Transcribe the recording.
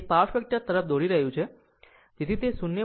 તે power factor તરફ દોરી રહ્યું છે જેથી તે 0